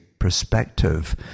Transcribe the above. Perspective